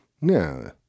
No